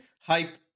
hype